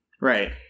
Right